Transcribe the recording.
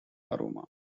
aroma